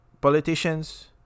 politicians